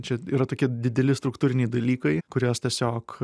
čia yra tokie dideli struktūriniai dalykai kuriuos tiesiog